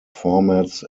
formats